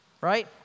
right